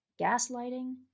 gaslighting